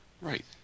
Right